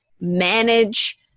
manage